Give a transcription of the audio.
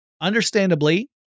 understandably